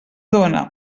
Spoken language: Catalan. dóna